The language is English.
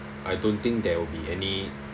I don't think there will be any